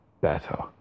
better